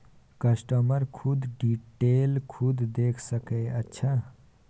customer खुद detail खुद देख सके अच्छा